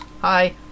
Hi